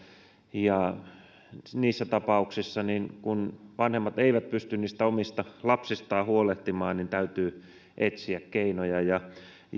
ja niissä tapauksissa kun vanhemmat eivät pysty omista lapsistaan huolehtimaan täytyy etsiä keinoja